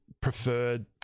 preferred